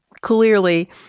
clearly